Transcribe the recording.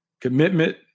commitment